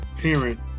parent